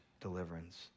deliverance